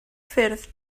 ffyrdd